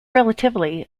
relatively